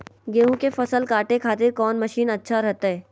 गेहूं के फसल काटे खातिर कौन मसीन अच्छा रहतय?